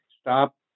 stop